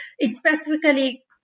specifically